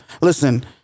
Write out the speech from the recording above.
Listen